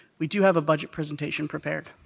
we do have a budget presentation prepared.